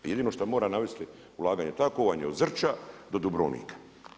I jedino što mora navesti ulaganje, tako vam je od Zrća do Dubrovnika.